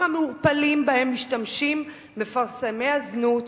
המעורפלים שבהם משתמשים מפרסמי הזנות,